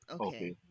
Okay